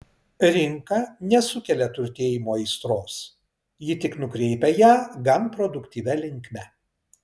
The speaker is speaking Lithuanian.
rinka nesukelia turtėjimo aistros ji tik nukreipia ją gan produktyvia linkme